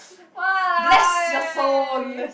bless your soul